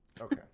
Okay